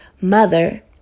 Mother